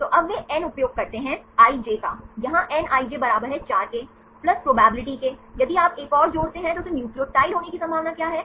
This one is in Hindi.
तो अब वे n उपयोग करते हैं ij का यहाँ nij बराबर है 4 के प्लस प्रोबबैलिटी के यदि आप एक और जोड़ते हैं तो उस न्यूक्लियोटाइड होने की संभावना क्या है